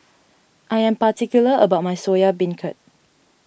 I am particular about my Soya Beancurd